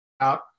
out